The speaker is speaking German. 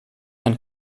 ein